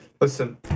Listen